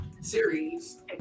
Series